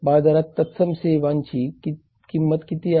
बाजारात तत्सम सेवांची किंमत किती आहे